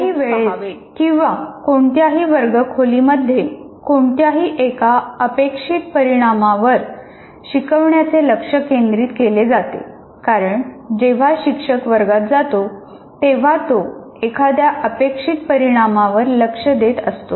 कुठल्याही वेळेस किंवा कोणत्याही वर्ग खोली मध्ये कोणत्याही एका अपेक्षित परिणामावर शिकवण्याचे लक्ष केंद्रित केले जाते कारण जेव्हा शिक्षक वर्गात जातो तेव्हा तो एखाद्या अपेक्षित परिणामावर लक्ष देत असतो